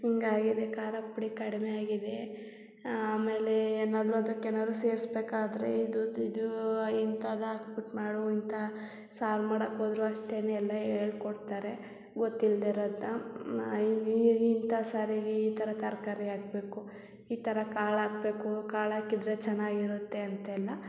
ಹಿಂಗ್ ಆಗಿದೆ ಖಾರ ಪುಡಿ ಕಡಿಮೆ ಆಗಿದೆ ಆಮೇಲೆ ಏನಾದರೂ ಅದಕ್ಕೆ ಏನಾದ್ರೂ ಸೇರಿಸ್ಬೇಕಾದ್ರೆ ಇದು ಇದು ಇಂಥದ್ದು ಹಾಕ್ಬುಟ್ಟು ಮಾಡು ಇಂಥ ಸಾರು ಮಾಡಕ್ಕೆ ಹೋದ್ರು ಅಷ್ಟೇ ಎಲ್ಲ ಹೇಳ್ಕೊಡ್ತಾರೆ ಗೊತ್ತಿಲ್ಲದೆ ಇರೋದನ್ನ ಮಾ ಇಂಥ ಸಾರಿಗೆ ಈ ಥರ ತರಕಾರಿ ಹಾಕ್ಬೇಕು ಈ ಥರ ಕಾಳು ಹಾಕ್ಬೇಬೇಕು ಕಾಳು ಹಾಕಿದ್ರೆ ಚೆನ್ನಾಗಿರುತ್ತೆ ಅಂತೆಲ್ಲ